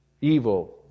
evil